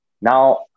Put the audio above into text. now